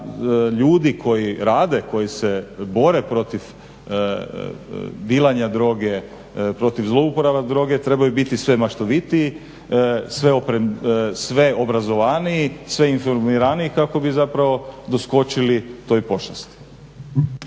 ljudi koji rade, koji se bore protiv dilanja droge, protiv zlouporaba droge trebaju biti sve maštovitiji, sve obrazovaniji, sve informiraniji kako bi zapravo doskočili toj pošasti.